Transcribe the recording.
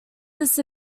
this